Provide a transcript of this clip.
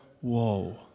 whoa